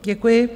Děkuji.